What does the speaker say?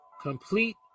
Complete